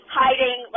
hiding